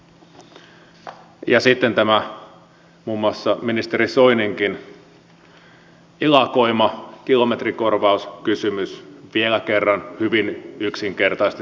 sitten muun muassa tämä ministeri soininkin ilakoima kilometrikorvauskysymys vielä kerran hyvin yksinkertaisesti sanottuna